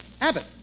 Abbott